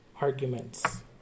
arguments